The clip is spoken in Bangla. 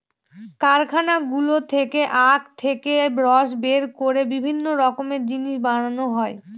কারখানাগুলো থেকে আখ থেকে রস বের করে বিভিন্ন রকমের জিনিস বানানো হয়